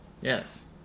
Yes